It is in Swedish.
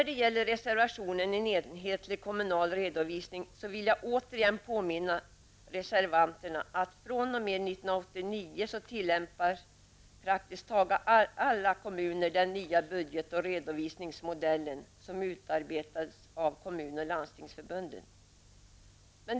Beträffande reservationen om en enhetlig kommunal redovisning vill jag på nytt påminna reservanterna om att fr.o.m. 1989 tillämpar praktiskt taget alla kommuner den nya budget och redovisningsmodell, som har utarbetats av kommun och landstingsförbunden.